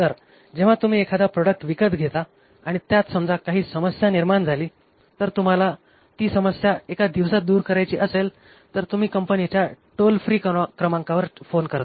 तर जेव्हा तुम्ही एखादा प्रोडक्ट विकत घेता आणि त्यात समजा काही समस्या निर्माण झाली तुम्हाला जर टी समस्या एका दिवसात दूर करायची असेल तर तुम्ही कंपनीच्या टोल फ्री क्रमांकावर फोन करता